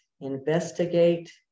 investigate